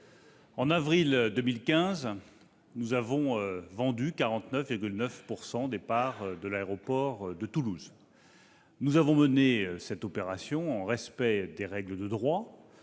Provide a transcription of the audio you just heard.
en avril 2015, nous avons vendu 49,9 % des parts de l'aéroport de Toulouse-Blagnac. Nous avons mené cette opération dans le respect des règles de droit,